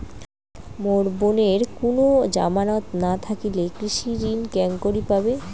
মোর বোনের কুনো জামানত না থাকিলে কৃষি ঋণ কেঙকরি পাবে?